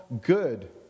good